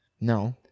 No